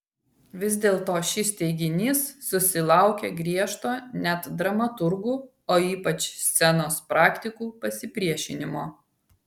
vis dėlto šis teiginys susilaukė griežto net dramaturgų o ypač scenos praktikų pasipriešinimo